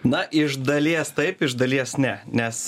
na iš dalies taip iš dalies ne nes